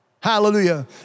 hallelujah